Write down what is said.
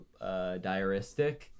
diaristic